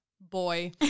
boy